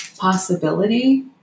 possibility